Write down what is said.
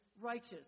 righteous